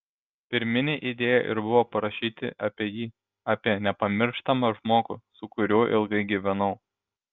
pirminė idėja ir buvo parašyti apie jį apie nepamirštamą žmogų su kuriuo ilgai gyvenau